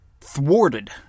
thwarted